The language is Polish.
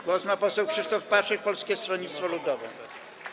Głos ma poseł Krzysztof Paszyk, Polskie Stronnictwo Ludowe.